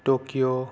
Tokyo